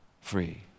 free